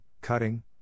cutting